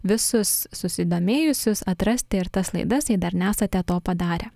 visus susidomėjusius atrasti ir tas laidas jei dar nesate to padarę